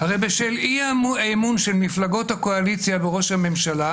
הרי בשל האי-אמון של מפלגות הקואליציה בראש הממשלה